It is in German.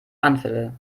anfälle